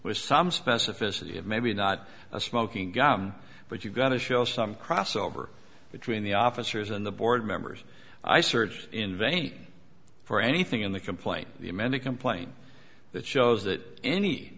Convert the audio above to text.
with some specificity of maybe not a smoking gun but you've got to show some crossover between the officers and the board members i searched in vain for anything in the complaint the amended complaint that shows that any